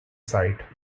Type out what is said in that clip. site